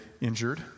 injured